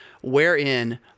wherein